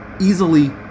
easily